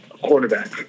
quarterback